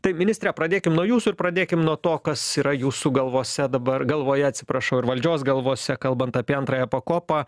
tai ministre pradėkim nuo jūsų ir pradėkim nuo to kas yra jūsų galvose dabar galvoje atsiprašau ir valdžios galvose kalbant apie antrąją pakopą